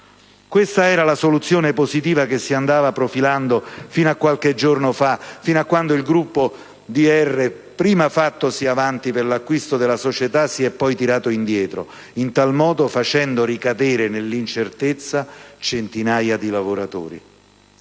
era la soluzione positiva che si andava profilando fino a qualche giorno fa, fino a quando il gruppo DR, prima fattosi avanti per l'acquisto della società, si è poi tirato indietro, in tal modo facendo ricadere nell'incertezza centinaia di lavoratori.